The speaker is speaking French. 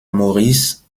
maurice